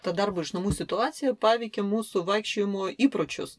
ta darbo iš namų situacija paveikia mūsų vaikščiojimo įpročius